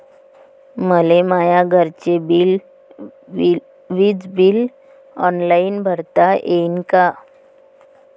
मले माया घरचे विज बिल ऑनलाईन भरता येईन का?